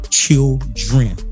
children